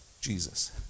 Jesus